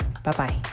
Bye-bye